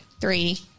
three